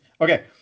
okay